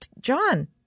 John –